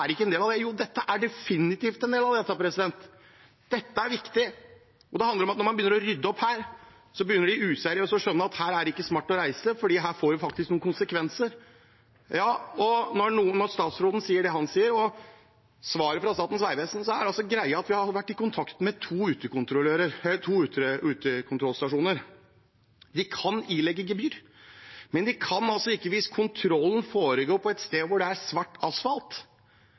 er viktig, og det handler om at når man begynner å rydde opp, begynner de useriøse å skjønne at her er det ikke smart å reise fordi det faktisk får noen konsekvenser. Når statsråden sier det han sier, og viser til svaret fra Statens vegvesen, er greia at vi har vært i kontakt med to utekontrollstasjoner. De kan ilegge gebyr, men ikke hvis kontrollen foregår på et sted hvor det er svart asfalt